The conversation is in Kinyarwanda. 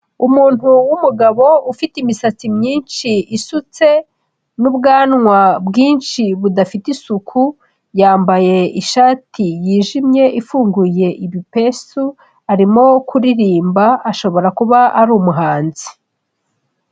Umuntu w'umugabo ufite imisatsi myinshi isutse, n'ubwanwa bwinshi budafite isuku, yambaye ishati yijimye ifunguye ibipesu, arimo kuririmba ashobora kuba ari umuhanzi.